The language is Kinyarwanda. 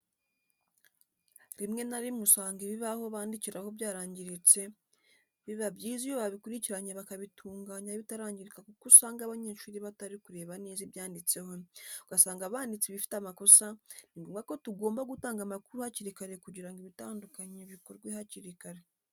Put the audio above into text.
Rimwe na rimwe usanga ibibaho bandikiraho byarangiritse, biba byiza iyo babikurikiranye bakabitunganya bitarangirika kuko usanga abanyeshuri batari kureba neza ibyanditseho, ugasanga banditse ibifite amakosa, ni ngombwa ko tugomba gutanga amakuru hakiri kare kugira ngo ibidatunganye bikorwe hakiri kare.